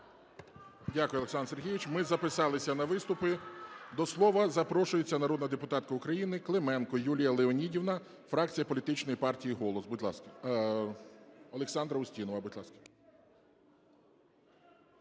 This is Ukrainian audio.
Дякую, Олександр Сергійович. Ми записалися на виступи. До слова запрошується народна депутатка України Клименко Юлія Леонідівна, фракція Політичної партії "Голос". Будь ласка. Олександра Устінова,